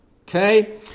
Okay